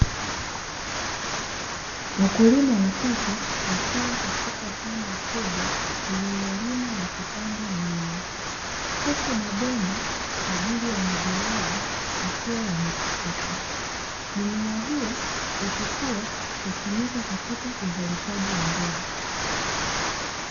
Wakulima watatu, wakiwa katika shamba kubwa, lililolimwa na kupandwa mimea. Huku mabomba kwa ajili ya umwagiliaji yakiwa yamepitishwa. Mimea hiyo ikikua hutumika katika uzalishaji wa mbegu.